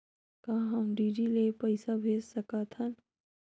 का हम डी.डी ले पईसा भेज सकत हन?